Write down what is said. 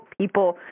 people